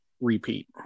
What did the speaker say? repeat